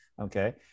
Okay